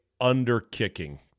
under-kicking